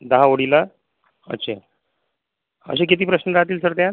दहा ओळीला अच्छा असे किती प्रश्न राहतील सर त्यात